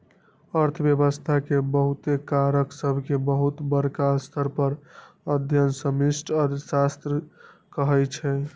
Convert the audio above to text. अर्थव्यवस्था के बहुते कारक सभके बहुत बरका स्तर पर अध्ययन समष्टि अर्थशास्त्र कहाइ छै